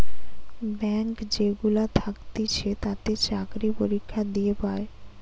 bank যেগুলা থাকতিছে তাতে চাকরি পরীক্ষা দিয়ে পায়